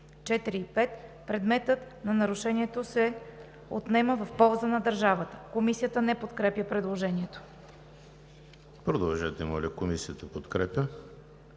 3 – 5 предметът на нарушението се отнема в полза на държавата.“ Комисията не подкрепя предложението. Комисията подкрепя